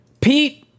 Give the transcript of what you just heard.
Pete